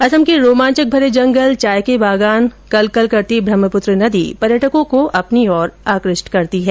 असम के रोमांचकमरे जंगल चाय के बागान कलकल करती ब्रम्हपुत्र नदी पर्यटकों को अपनी ओर आकर्षित करती है